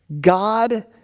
God